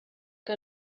que